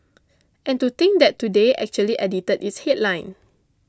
and to think that Today actually edited its headline